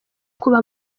kuba